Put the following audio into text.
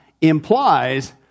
implies